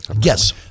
yes